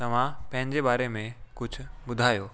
तव्हां पंहिंजे बारे में कुझु ॿुधायो